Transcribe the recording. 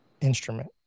instrument